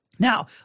Now